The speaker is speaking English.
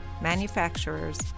manufacturers